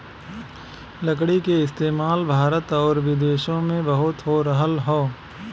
लकड़ी क इस्तेमाल भारत आउर विदेसो में बहुत हो रहल हौ